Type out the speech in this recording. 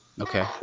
okay